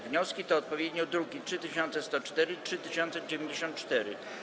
Wnioski to odpowiednio druki nr 3104 i 3094.